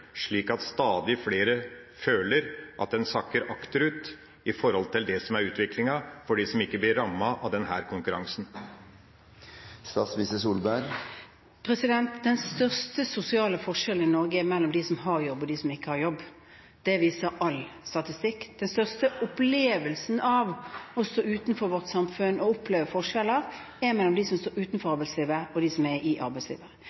slik at stadig flere føler at de sakker akterut i utviklinga i forhold til dem som ikke blir rammet av denne konkurransen? Den største sosiale forskjellen i Norge er mellom dem som har jobb, og dem som ikke har jobb. Det viser all statistikk. De som i størst grad har opplevelsen av å stå utenfor vårt samfunn og opplever forskjeller, er de som står utenfor